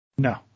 No